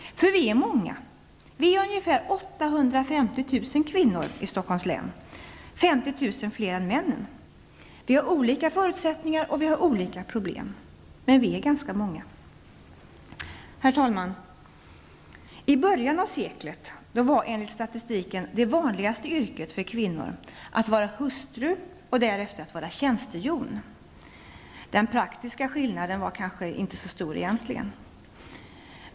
För vi är många. Vi är ungefär 850 000 kvinnor i Stockholms län. Det är ca 50 000 fler än männen. Vi har olika förutsättningar, och vi har olika problem, men vi är ganska många. Herr talman! I början av seklet var enligt statistiken det vanligaste yrket för kvinnor att vara hustru, och därefter att vara tjänstehjon. Den praktiska skillnaden var kanske inte så stor egentligen.